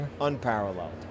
Unparalleled